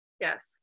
Yes